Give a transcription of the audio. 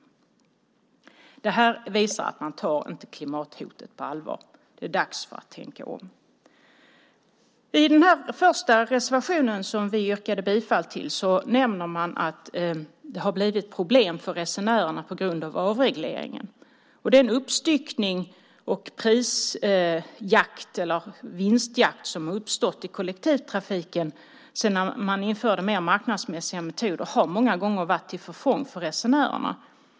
Det visar att man inte tar klimathotet på allvar. Det är dags att tänka om. I den första reservation som vi yrkade bifall till nämner man att det har blivit problem för resenärerna på grund av avregleringen. Den uppstyckning och vinstjakt som har uppstått i kollektivtrafiken sedan man införde mer marknadsmässiga metoder har många gånger varit till förfång för resenärerna.